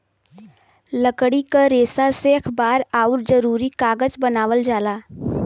लकड़ी क रेसा से अखबार आउर जरूरी कागज बनावल जाला